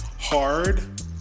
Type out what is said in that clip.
hard